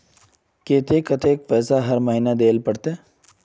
केते कतेक पैसा हर महीना देल पड़ते?